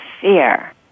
fear